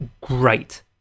great